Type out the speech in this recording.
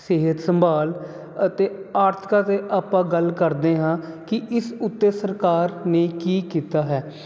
ਸਿਹਤ ਸੰਭਾਲ ਅਤੇ ਆਰਥਕਾ ਤੇ ਆਪਾਂ ਗੱਲ ਕਰਦੇ ਹਾਂ ਕੀ ਇਸ ਉੱਤੇ ਸਰਕਾਰ ਨੇ ਕੀ ਕੀਤਾ ਹੈ